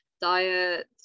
diet